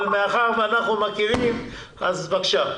אבל מאחר שאנחנו מכירים אז בבקשה.